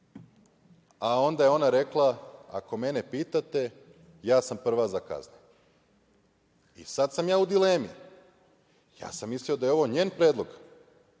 a onda je ona rekla – ako mene pitate, ja sam prva za kazne i sada sam ja u dilemi. Ja sam mislio da je ovo njen predlog